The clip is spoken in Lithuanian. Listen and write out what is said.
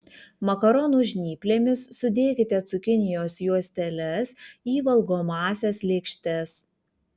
makaronų žnyplėmis sudėkite cukinijos juosteles į valgomąsias lėkštes